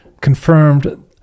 confirmed